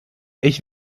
ich